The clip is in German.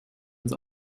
ins